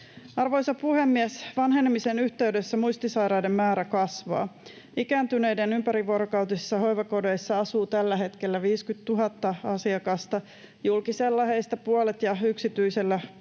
Arvoisa puhemies! Vanhenemisen yhteydessä muistisairaiden määrä kasvaa. Ikääntyneiden ympärivuorokautisissa hoivakodeissa asuu tällä hetkellä 50 000 asiakasta, julkisella heistä puolet ja yksityisellä puolet,